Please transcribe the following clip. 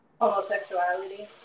homosexuality